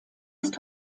ist